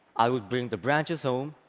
i would bring the branches home,